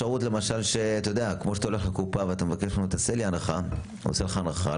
כמו שאתה הולך לקופה ומבקש ממנו "תעשה לי הנחה" והוא עושה לך הנחה,